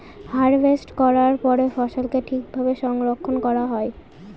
harvest করার পরে ফসলকে ঠিক ভাবে সংরক্ষন করা হয়